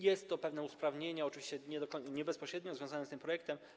Jest to pewne usprawnienie, oczywiście niebezpośrednio związane z tym projektem.